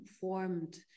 formed